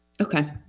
Okay